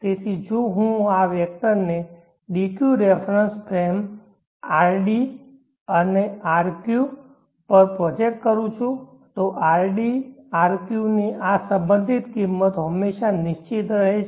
તેથી જો હું આ વેક્ટરને dq રેફરન્સ ફ્રેમ rq અને rd પર પ્રોજેક્ટ કરું છું તો rq rd ની આ સંબંધિત કિંમતો હંમેશા નિશ્ચિત રહેશે